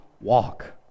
walk